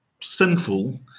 sinful